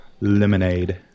lemonade